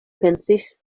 pensis